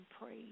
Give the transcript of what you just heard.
praise